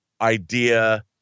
idea